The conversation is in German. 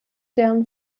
deren